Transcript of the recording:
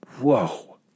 Whoa